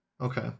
Okay